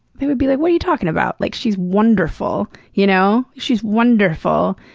they would be like, what are you talking about? like she's wonderful. you know she's wonderful.